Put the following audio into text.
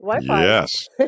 Yes